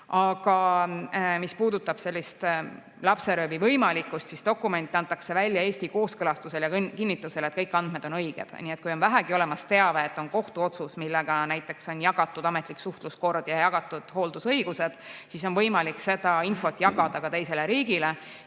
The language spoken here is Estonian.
Aga mis puudutab sellise lapseröövi võimalikkust, siis dokument antakse välja Eesti kooskõlastusel ja kinnitusel, et kõik andmed on õiged. Nii et kui on vähegi olemas teave, et on kohtuotsus, millega näiteks on jagatud ametlik suhtluskord ja hooldusõigused, siis on võimalik seda infot jagada ka teisele riigile